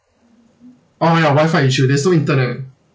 oh ya wifi issue there's no internet